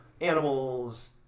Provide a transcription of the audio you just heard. animals